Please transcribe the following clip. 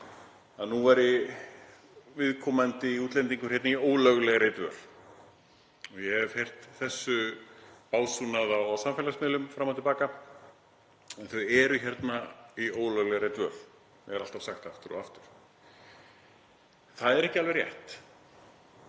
að nú væri viðkomandi útlendingur hérna í ólöglegri dvöl. Ég hef heyrt þetta básúnað á samfélagsmiðlum fram og til baka. En þau eru hérna í ólöglegri dvöl, er alltaf sagt aftur og aftur. Það er ekki alveg rétt